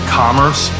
commerce